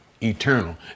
eternal